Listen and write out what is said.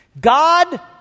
God